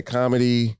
comedy